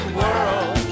world